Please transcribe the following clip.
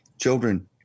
Children